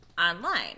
online